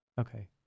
Okay